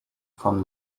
from